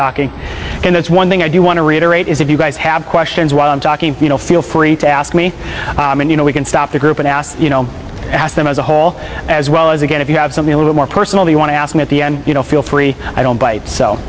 talking and that's one thing i do want to reiterate is if you guys have questions while i'm talking you know feel free to ask me and you know we can stop the group and ask you know ask them as a whole as well as again if you have something a little more personal you want to ask me at the end you know feel free i don't bite so